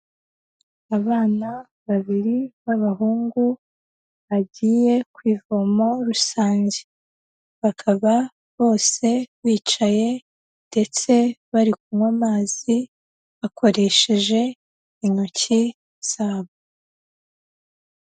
Abana babiri b'abahungu bagiye ku ivomo rusange bakaba bose bicaye ndetse bari kunywa amazi bakoresheje intoki zabo.